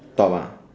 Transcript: top ah